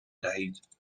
دهید